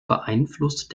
beeinflusst